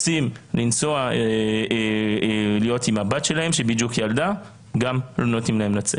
רוצים לנסוע להיות איתה ולא נותנים להם לצאת.